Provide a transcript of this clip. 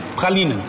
Pralinen